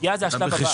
הפגיעה היא השלב הבא.